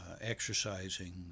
exercising